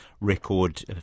record